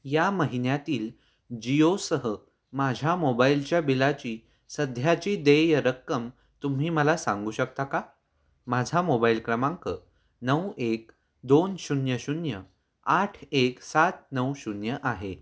या महिन्यातील जिओसह माझ्या मोबाईलच्या बिलाची सध्याची देय रक्कम तुम्ही मला सांगू शकता का माझा मोबाईल क्रमांक नऊ एक दोन शून्य शून्य आठ एक सात नऊ शून्य आहे